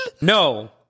No